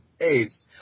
AIDS